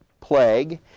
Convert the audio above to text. plague